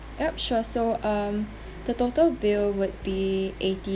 yup sure so um the total bill would be eighty